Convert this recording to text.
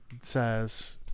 says